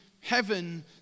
heaven